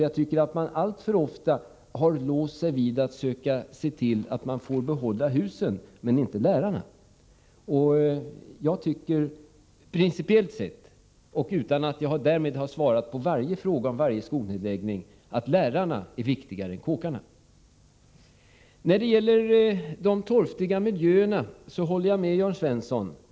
Jag tycker att man alltför ofta har låst sig vid att söka se till att man får behålla husen, men inte lärarna. Jag tycker — principiellt sett och utan att jag därmed har svarat på varje fråga om varje skolnedläggning — att lärarna är viktigare än kåkarna. När det gäller de torftiga miljöerna håller jag med Jörn Svensson.